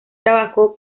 trabajó